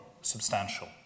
substantial